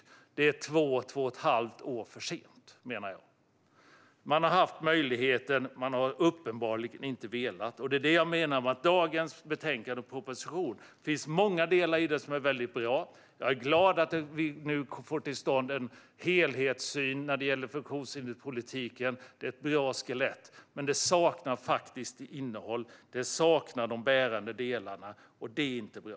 Jag menar att det är två till två och ett halvt år för sent. Man har haft möjligheten, och man har uppenbarligen inte velat. Det är detta jag menar när jag talar om betänkandet och propositionen: Det finns många delar som är bra, och jag är glad att vi nu får till stånd en helhetssyn när det gäller funktionshinderspolitiken. Detta är ett bra skelett, men det saknar de bärande delarna. Och det är inte bra.